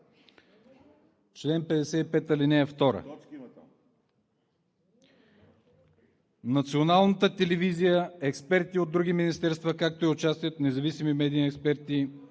Член 55, ал 2. Националната телевизия, експерти от други министерства, както и участието на независими медийни експерти